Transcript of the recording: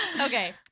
Okay